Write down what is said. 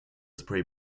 spray